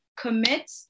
commit